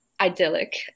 idyllic